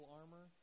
armor